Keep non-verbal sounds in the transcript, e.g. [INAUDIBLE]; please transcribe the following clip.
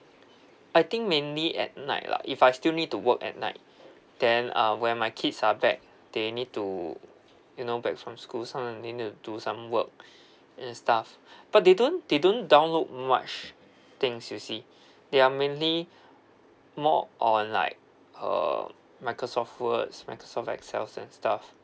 I think mainly at night lah if I still need to work at night then um when my kids are back they need to you know back from school sometime they need to do some work [BREATH] and stuff but they don't they don't download much things you see they are mainly [BREATH] more on like uh microsoft words microsoft excels and stuff